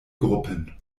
gruppen